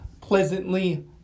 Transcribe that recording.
pleasantly